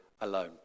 alone